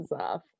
off